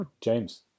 James